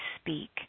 speak